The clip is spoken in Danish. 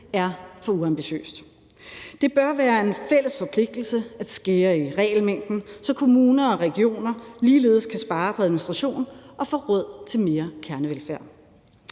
er for uambitiøst. Det bør være en fælles forpligtelse at skære i regelmængden, så kommuner og regioner ligeledes kan spare på administration og få råd til mere kernevelfærd.